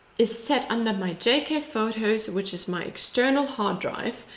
is set under my jk photos, which is my external hard drive.